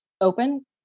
open